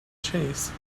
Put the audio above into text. chase